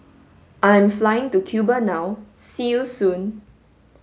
I am flying to Cuba now See you soon